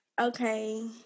Okay